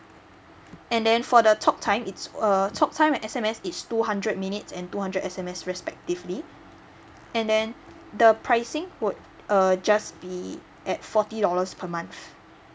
and then for the talk time it's err talk time and S_M_S is two hundred minutes and two hundred S_M_S respectively and then the pricing would uh just be at forty dollars per month